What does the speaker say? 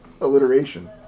alliteration